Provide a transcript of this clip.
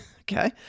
okay